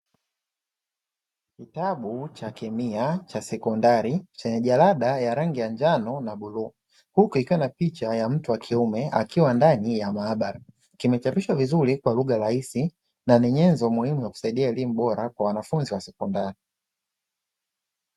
Kitabu cha kemia cha sekondari chenye jalada ya rangi ya njano na buluu, huku ikiwa na picha ya mtu wa kiume akiwa ndani ya maabara. Kimechapishwa vizuri kwa lugha rahisi, na ni nyenzo muhimu ya kusaidia elimu bora kwa wanafunzi wa sekondari.